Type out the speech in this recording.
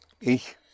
ich